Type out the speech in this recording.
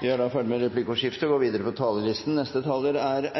Replikkordskiftet er